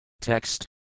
Text